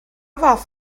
fath